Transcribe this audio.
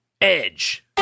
Edge